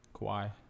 Kawhi